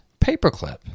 paperclip